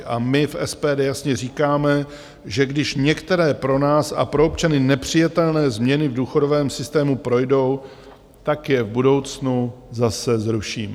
A my v SPD jasně říkáme, že když některé pro nás a pro občany nepřijatelné změny v důchodovém systému projdou, tak je v budoucnu zase zrušíme.